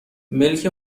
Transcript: ملک